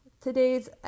today's